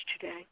today